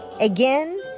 again